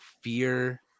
fear